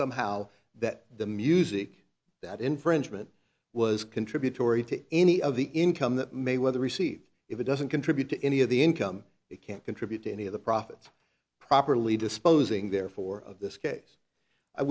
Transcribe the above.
somehow that the music that infringement was contributory to any of the income that mayweather received if it doesn't contribute to any of the income it can't contribute to any of the profits properly disposing therefore of this case i